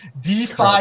DeFi